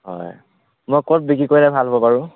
হয় মই ক'ত বিক্ৰী কৰিলে ভাল হ'ব বাৰু